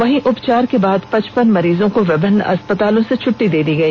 वहीं उपचार के बाद पचपन मरीजों को विभिन्न अस्पतालों से छट्टी दे दी गई